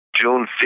June